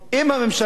אם הממשלה,